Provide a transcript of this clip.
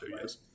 yes